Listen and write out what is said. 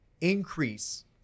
increase